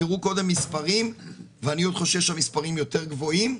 הוזכרו קודם מספרים ואני חושב שהמספרים יותר גבוהים,